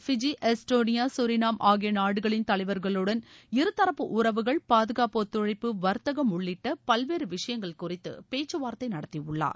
PG Estonia Suriname ஆகிய நாடுகளின் தலைவர்களுடன் இருதரப்பு உறவுகள் பாதுகாப்பு ஒத்துழைப்பு வர்த்தகம் உள்ளிட்ட பல்வேறு விஷயங்கள் குறித்து பேச்சுவார்த்தை நடத்தியுள்ளார்